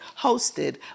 hosted